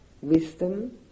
Wisdom